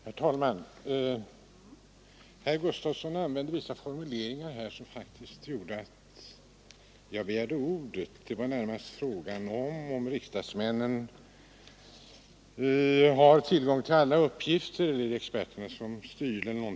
Herr talman! Herr Gustavsson i Eskilstuna använde vissa formuleringar som gjorde att jag begärde ordet. Frågan var närmast om riksdagsmännen har tillgång till alla de uppgifter som experterna har.